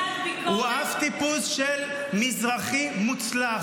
יש לך איזה מילת ביקורת ----- הוא אב טיפוס של מזרחי מוצלח.